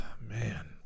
man